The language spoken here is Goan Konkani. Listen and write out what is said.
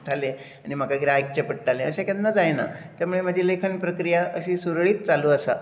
दुखतलें आनी म्हाका कितें आयकचे पडटलें अशें केन्ना जायना ते मुळे म्हाजी लेखन प्रक्रीया अशी सुरळीत चालू आसा